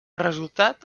resultat